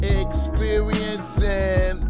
experiencing